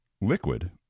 Liquid